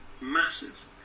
massive